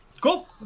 Cool